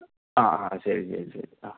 ആ ശരി ശരി ശരി ആ